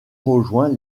rejoint